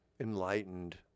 enlightened